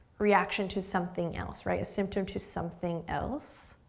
reaction to something else, right? a symptom to something else.